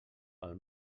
pel